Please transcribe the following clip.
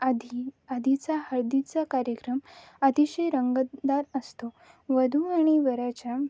आधी आधीचा हळदीचा कार्यक्रम अतिशय रंगतदार असतो वधू आणि वराच्या